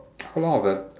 how long of the